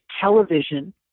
television